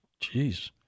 Jeez